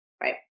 right